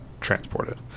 transported